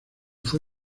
fue